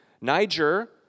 Niger